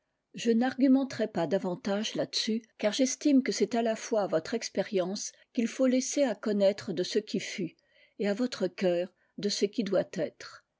je n'argumenterai pas davantage là-dessus car j'estime que c'est à la fois à votre expérience qu'il faut laisser à connaître de ce qui fut et à votre cœur de ce qui doit être